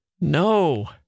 No